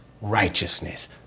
righteousness